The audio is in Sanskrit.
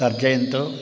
तर्जयन्तु